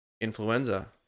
influenza